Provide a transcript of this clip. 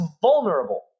vulnerable